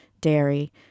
dairy